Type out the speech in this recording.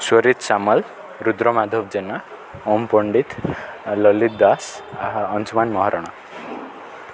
Charit Samal Rudra Madhab Jena Om Pandit Lalit Das Anshuman Maharana